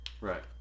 Right